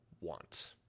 want